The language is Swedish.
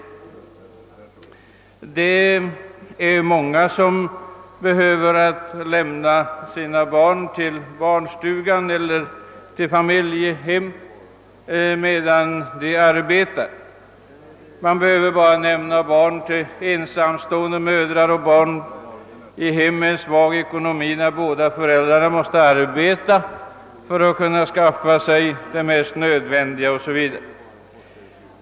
Det är många som behöver lämna sina barn till barnstuga eller familjehem medan de arbetar. Jag behöver bara nämna barn till ensamstående mödrar och barn i hem med svag ekonomi, där båda föräldrarna måste arbeta för att kunna skaffa det mest nödvändiga.